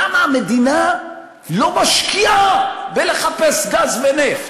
למה המדינה לא משקיעה בחיפוש גז ונפט?